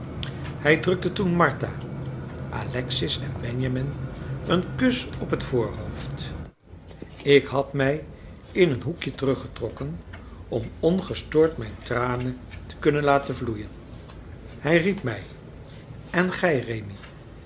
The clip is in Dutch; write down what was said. hij drukte toen martha alexis en benjamin een kus op het voorhoofd ik had mij in een hoekje teruggetrokken om ongestoord mijn tranen te kunnen laten vloeien hij riep mij en gij rémi